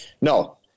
no